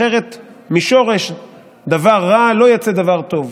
אחרת משורש דבר רע לא יצא דבר טוב.